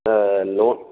loan